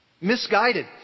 misguided